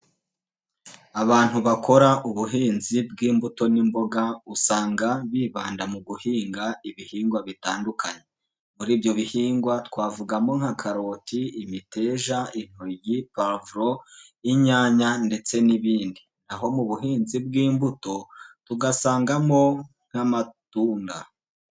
Abantu bakora ubuhinzi bw'imbuto n'imboga usanga bibanda mu guhinga ibihingwa bitandukanye. Muri ibyo bihingwa twavugamo nka: karoti, imiteja, intoryi, pavuro, inyanya ndetse n'ibindi. Naho mu buhinzi bw'imbuto tugasangamo nk'amatunda.